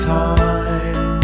time